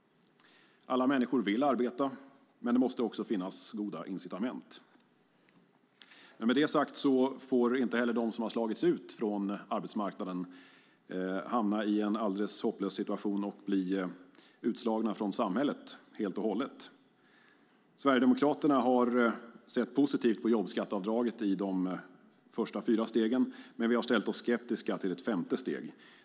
Alla människor vill arbeta, men det måste också finnas goda incitament. Med det sagt får dock inte de som har slagits ut från arbetsmarknaden hamna i en alldeles hopplös situation och bli utslagna från samhället helt och hållet. Sverigedemokraterna har sett positivt på jobbskatteavdraget i de första fyra stegen, men vi är skeptiska till ett femte steg.